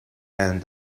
and